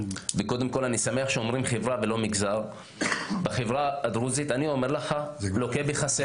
ואני שמח שאומרים חברה ולא מגזר, הוא לוקה בחסר.